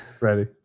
Ready